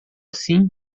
assim